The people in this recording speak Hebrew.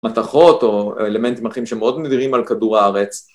מתכות או אלמנטים אחרים שהם מאוד נדירים על כדור הארץ.